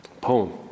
poem